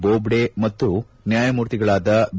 ಬೋಬ್ಡೆ ಮತ್ತು ನ್ಯಾಯಮೂರ್ತಿಗಳಾದ ಬಿ